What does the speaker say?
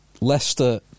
Leicester